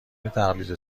تقلید